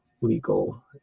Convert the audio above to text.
legal